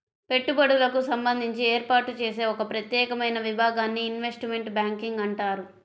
పెట్టుబడులకు సంబంధించి ఏర్పాటు చేసే ఒక ప్రత్యేకమైన విభాగాన్ని ఇన్వెస్ట్మెంట్ బ్యాంకింగ్ అంటారు